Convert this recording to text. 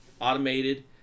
Automated